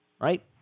right